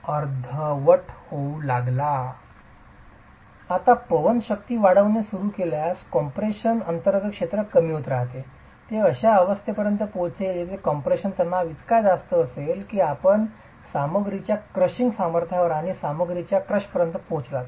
आपण आता पवन शक्ती वाढविणे सुरू ठेवल्यास कॉम्प्रेशन ताण अंतर्गत क्षेत्र कमी होत राहते ते अशा अवस्थेपर्यंत पोहोचेल जेथे कॉम्प्रेशन तणाव इतका जास्त असेल की आपण सामग्रीच्या क्रशिंग सामर्थ्यावर आणि सामग्रीच्या क्रशपर्यंत पोहोचलात